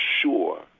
sure